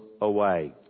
away